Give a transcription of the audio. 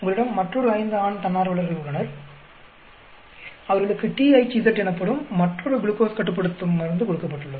உங்களிடம் மற்றொரு ஐந்து ஆண் தன்னார்வலர்கள் உள்ளனர் அவர்களுக்கு THZ எனப்படும் மற்றொரு குளுக்கோஸ் கட்டுப்படுத்தும் மருந்து கொடுக்கப்பட்டுள்ளது